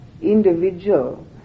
individual